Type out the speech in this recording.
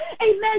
Amen